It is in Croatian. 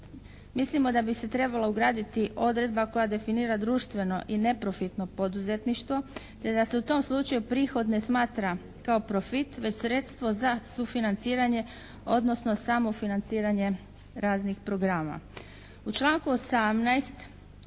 mislimo da bi se trebala ugraditi odredba koja definira društveno i neprofitno poduzetništvo, te da se u tom slučaju prihod ne smatra kao profit već sredstvo za sufinanciranje, odnosno samo financiranje raznih programa. U članku 18.